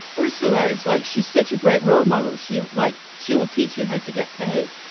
ursula is like she's such a great role model. she, like she will teach you how to get paid.